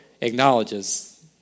acknowledges